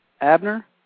Abner